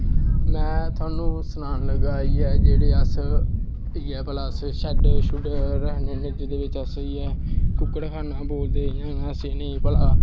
में थोहानू सनान लगा जेह्ड़े इ'यै अस इ'यै भला अस शैड्ड शुड्ड रक्खने होन्नें जेह्दे बिच्च अस इ'यै कुक्कड़खान्ना बोलदे इ'नेंगी अस भला